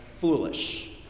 foolish